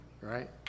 right